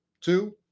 Two